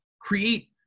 create